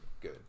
Good